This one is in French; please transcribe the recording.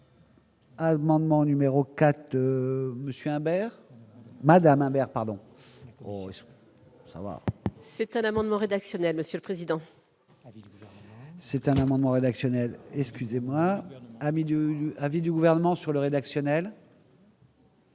Allemande ment numéro 4. Je suis maire, Madame Imbert, pardon. C'est un amendement rédactionnel, monsieur le président. C'est un amendement rédactionnel excusez-moi midi l'avis du gouvernement sur le rédactionnel.